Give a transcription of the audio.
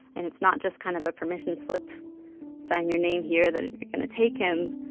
and it's not just kind of a permission slip sign your name here that you're going to take him.